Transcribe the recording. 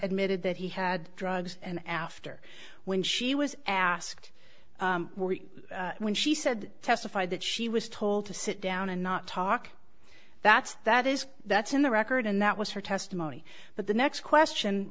admitted that he had drugs and after when she was asked when she said testified that she was told to sit down and not talk that's that is that's in the record and that was her testimony but the next question